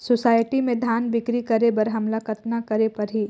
Society म धान बिक्री करे बर हमला कतना करे परही?